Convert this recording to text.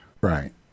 right